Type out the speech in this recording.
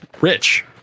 rich